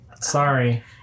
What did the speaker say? sorry